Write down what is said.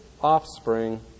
offspring